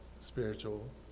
spiritual